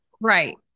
Right